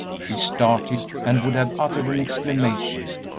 she started and would have uttered an exclamation,